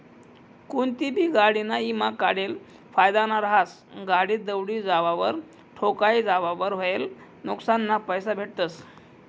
कोनतीबी गाडीना ईमा काढेल फायदाना रहास, गाडी दवडी जावावर, ठोकाई जावावर व्हयेल नुक्सानना पैसा भेटतस